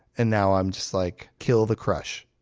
and now i'm just like, kill the crush.